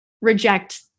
reject